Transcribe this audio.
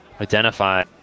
identify